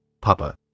Papa